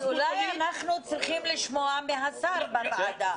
אז אולי אנחנו צריכים לשמוע מהשר בוועדה,